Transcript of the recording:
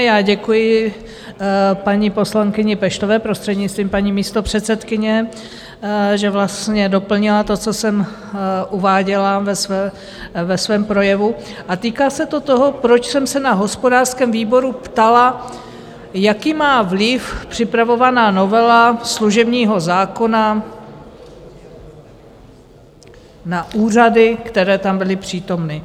Já děkuji paní poslankyni Peštové, prostřednictvím paní místopředsedkyně, že vlastně doplnila to, co jsem uváděla ve svém projevu, a týká se to toho, proč jsem se na hospodářském výboru ptala, jaký má vliv připravovaná novela služebního zákona na úřady, které tam byly přítomny.